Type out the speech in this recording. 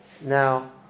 Now